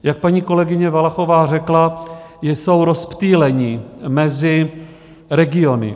Jak paní kolegyně Valachová řekla, jsou rozptýleni mezi regiony.